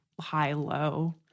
high-low